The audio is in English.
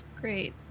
Great